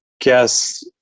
guess